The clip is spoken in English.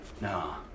No